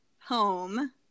home